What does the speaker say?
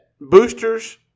boosters